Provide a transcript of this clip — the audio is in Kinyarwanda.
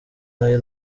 n’ayo